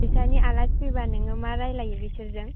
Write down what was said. नोंसानि आलासि फैब्ला नोङो मा रायज्लायो बिसोरजों